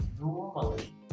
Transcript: normally